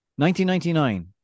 1999